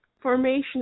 Formation